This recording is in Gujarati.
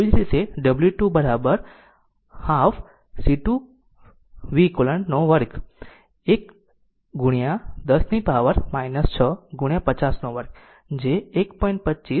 તેવી જ રીતે w 2 અડધા C2 v eq 2 એક 1 10 પાવર માટે 6 50 2 કે જે 1